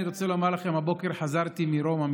אני רוצה לומר לכם: הבוקר חזרתי מרומא,